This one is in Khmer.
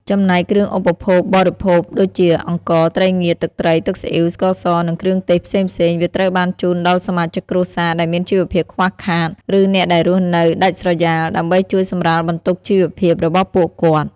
ចំណែកគ្រឿងឧបភោគបរិភោគដូចជា អង្ករ ត្រីងៀត ទឹកត្រី ទឹកស៊ីអ៊ីវ ស្ករស និងគ្រឿងទេសផ្សេងៗ វាត្រូវបានជូនដល់សមាជិកគ្រួសារដែលមានជីវភាពខ្វះខាត ឬអ្នកដែលរស់នៅដាច់ស្រយាល ដើម្បីជួយសម្រាលបន្ទុកជីវភាពរបស់ពួកគាត់។